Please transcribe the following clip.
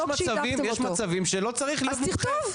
יש מצבים שלא צריכים מומחים.